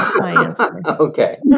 Okay